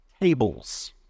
tables